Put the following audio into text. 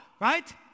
right